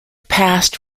past